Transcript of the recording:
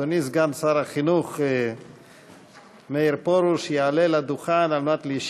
אדוני סגן שר החינוך יעלה על הדוכן על מנת לענות על